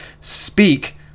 speak